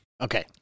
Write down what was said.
Okay